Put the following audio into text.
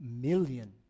million